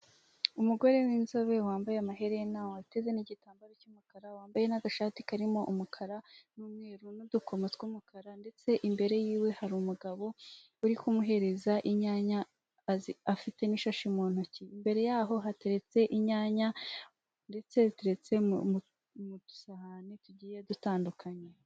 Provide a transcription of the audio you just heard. Umugore winzobe wambaye amaherena, wateze n'igitambaro cyumukara, wambaye nagashati karimo umukara numweru nudukomo twumukara ndetse imbere ye hari umugabo uri kumuhereza inyanya, afite nishahi mu ntoki imbere yabo hari inyanya ndetse ku dusahane tugiye dutandukanye.